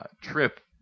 trip